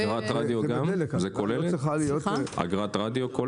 זה כולל אגרת רדיו?